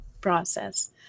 process